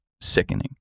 sickening